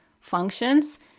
functions